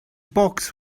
box